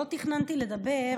לא תכננתי לדבר.